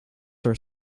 are